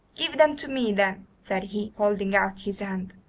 give them to me, then said he, holding out his hand.